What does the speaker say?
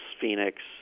Phoenix